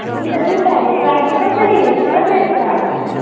हुन्छ जुत्ताहरूको प्राइस चाहिँ कसरी हुन् कसरी छ अन्त